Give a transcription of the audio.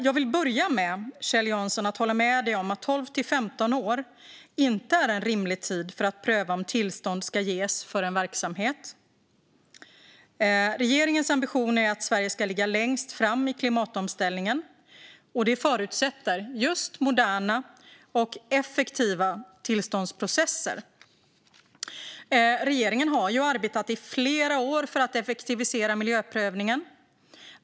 Jag vill börja med att hålla med Kjell Jansson om att 12-15 år inte är en rimlig tid för att pröva om tillstånd ska ges för en verksamhet. Regeringens ambition är att Sverige ska ligga längst fram i klimatomställningen. Det förutsätter just moderna och effektiva tillståndsprocesser. Regeringen har arbetat i flera år för att effektivisera miljöprövningen.